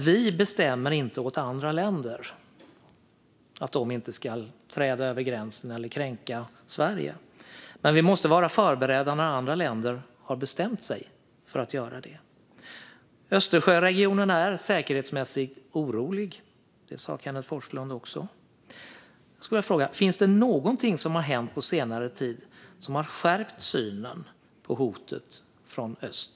Vi bestämmer inte åt andra länder att de inte ska träda över gränsen eller kränka Sverige, men vi måste vara förberedda när andra länder har bestämt sig för att göra det. Östersjöregionen är säkerhetsmässigt orolig, och det sa Kenneth G Forslund också. Jag skulle vilja fråga: Finns det någonting som har hänt på senare tid som har skärpt synen på hotet från öst?